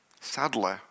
sadly